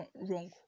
wrong